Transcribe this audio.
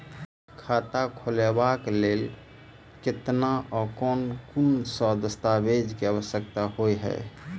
Bank खाता खोलबाबै केँ लेल केतना आ केँ कुन सा दस्तावेज केँ आवश्यकता होइ है?